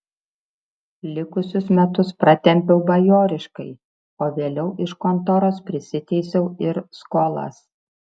likusius metus pratempiau bajoriškai o vėliau iš kontoros prisiteisiau ir skolas